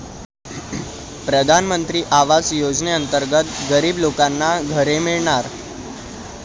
प्रधानमंत्री आवास योजनेअंतर्गत गरीब लोकांना घरे मिळणार